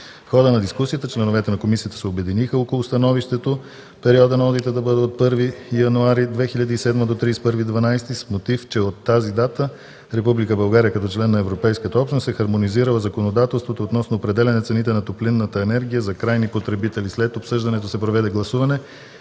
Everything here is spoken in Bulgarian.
В хода на дискусията членовете на комисията се обединиха около становището периодът на одита да бъде от 1 януари 2007 г. до 31 декември 2012 г. с мотив, че от тази дата Република България, като член на Европейската общност, е хармонизирала законодателството относно определяне цените на топлинната енергия за крайните потребители. След обсъждането се проведе гласуване,